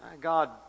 God